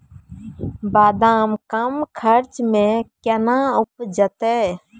बादाम कम खर्च मे कैना उपजते?